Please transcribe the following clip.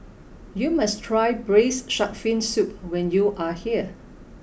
you must try Braised Shark Fin Soup when you are here